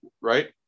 right